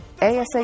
ASA